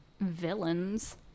villains